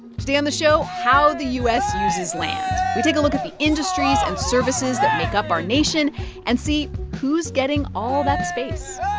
today on the show, how the u s. uses land. we take a look at the industries and services that make up our nation and see who's getting all that space.